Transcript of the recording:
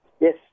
Yes